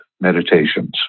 meditations